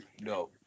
No